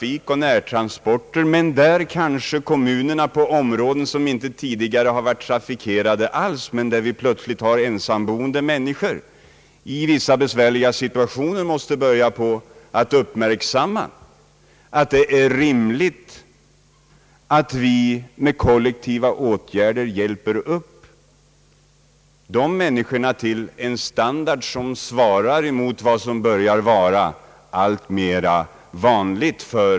I områden, som tidigare kanske inte varit trafikerade alls, men där man nu har boende ensamma människor med svåra kommunikationsproblem, så måste kanske kommunerna börja uppmärksamma att det är rimligt att med kollektiva åtgärder hjälpa dessa människor till en standard som svarar mot vad som blivit alltmer vanligt.